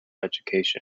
education